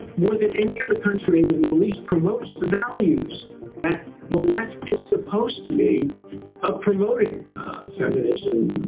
more than any other country in the middle east, promotes the values that the left is supposed to be ah promoting feminism,